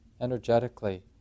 energetically